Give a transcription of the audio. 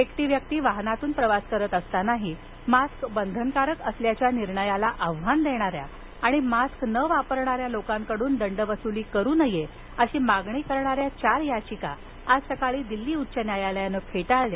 एकटी व्यक्ति वाहनातून प्रवास करत असतानाही मास्क बंधनकारक असल्याच्या निर्णयाला आव्हान देणाऱ्या आणि मास्क न वापरणाऱ्या लोकांकडून दंड वसुली करू नये अशी मागणी करणाऱ्या चार याचिका आज सकाळी दिल्ली उच्च न्यायालयानं फेटाळल्या